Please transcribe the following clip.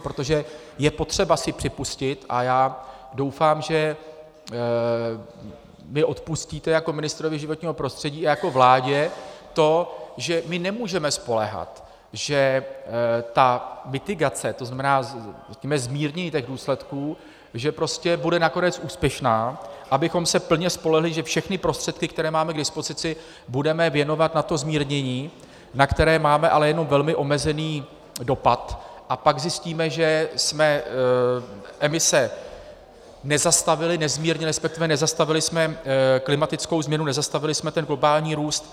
Protože je potřeba si připustit a já doufám, že mi odpustíte jako ministrovi životního prostředí a jako vládě to, že my nemůžeme spoléhat, že ta mitigace, to znamená zmírnění těch důsledků, bude nakonec úspěšná, abychom se plně spolehli, že všechny prostředky, které máme k dispozici, budeme věnovat na to zmírnění, na které máme ale jenom velmi omezený dopad, a pak zjistíme, že jsme emise nezastavili, nezmírnili, respektive nezastavili jsme klimatickou změnu, nezastavili jsme ten globální růst.